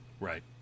Right